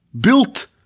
built